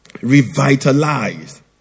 revitalized